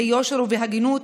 ביושר ובהגינות,